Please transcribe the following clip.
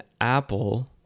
Apple